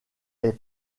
est